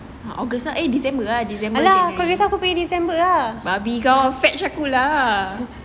august lah eh december december atau january babi kau fetch aku lah